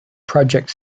project